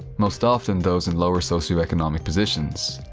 most often those in lower socio-economic positions,